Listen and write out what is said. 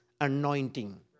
anointing